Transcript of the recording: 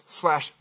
slash